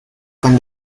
con